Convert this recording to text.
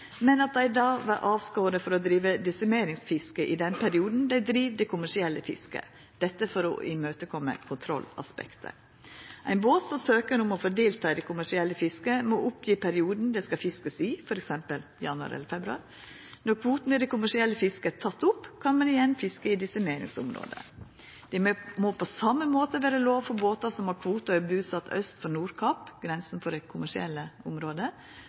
men at dei då vert avskorne frå å driva desimeringsfiske i den perioden dei driv det kommersielle fisket – dette for å koma i møte kontrollaspektet. Ein båt som søkjer om å få delta i det kommersielle fisket, må gje opp perioden det skal fiskast, f.eks. januar eller februar. Når kvoten i det kommersielle fisket er teken opp, kan ein igjen fiska i desimeringsområdet. Det må på same måten vera lov for båtar som har kvote, og om ein er busett aust for Nordkapp – grensa for det kommersielle området